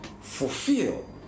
fulfill